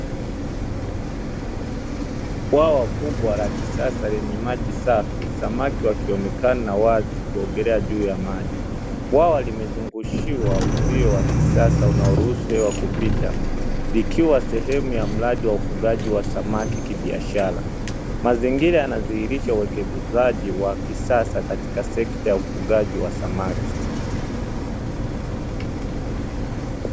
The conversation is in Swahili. Bwawa kubwa la kisasa lenye maji safi, samaki wakionekana wazi kuogelea juu ya maji; bwawa limezungushiwa uzio wa kisasa unaoruhusu hewa kupita. Ikiwa sehemu ya mradi wa ufugaji wa samaki kibiashara, mazingira yanadhihirisha uwekezaji wa kisasa katika sekta ya ufugaji wa samaki.